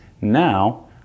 Now